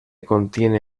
contiene